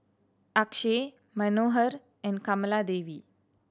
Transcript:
Akshay Manohar and Kamaladevi